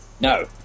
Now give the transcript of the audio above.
No